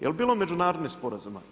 Jel' bilo međunarodnih sporazuma?